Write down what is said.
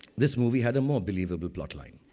this movie had more believable plot like.